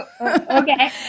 Okay